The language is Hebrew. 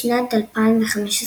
בשנת 2015,